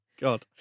God